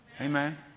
Amen